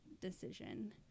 decision